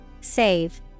Save